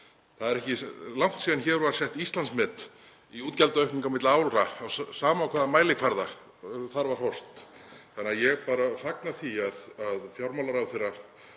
Það er ekki langt síðan hér var sett Íslandsmet í útgjaldaaukningu milli ára, sama á hvaða mælikvarða þar var horft, þannig að ég fagna því að fjármálaráðherra